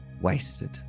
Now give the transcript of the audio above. wasted